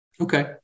Okay